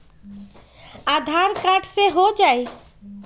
आधार card से हो जाइ?